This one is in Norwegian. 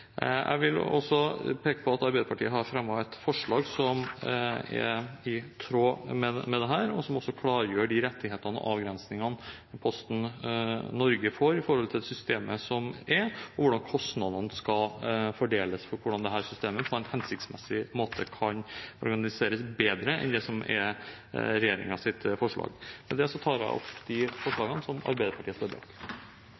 Jeg vil peke på at Arbeiderpartiet har fremmet et forslag som er i tråd med dette, og som også klargjør de rettighetene og avgrensningene Posten Norge får i det systemet som er, hvordan kostnadene skal fordeles, og hvordan dette systemet på en hensiktsmessig måte kan organiseres bedre enn det som er regjeringens forslag. Med det tar jeg opp